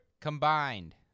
Combined